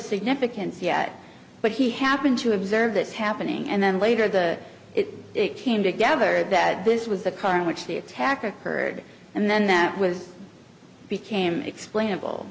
significance yet but he happened to observe this happening and then later the it it came together that this was the car in which the attack occurred and then that was became explainable